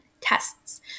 tests